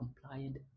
compliant